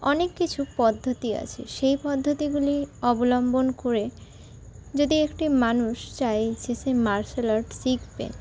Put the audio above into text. অনেক কিছু পদ্ধতি আছে সেই পদ্ধতিগুলি অবলম্বন করে যদি একটি মানুষ চায় যে সে মার্শাল আর্ট শিখবে